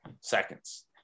seconds